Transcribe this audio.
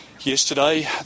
yesterday